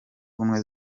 ubumwe